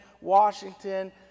Washington